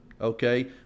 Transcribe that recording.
okay